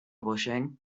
publishing